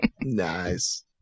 Nice